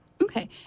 Okay